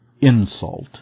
insult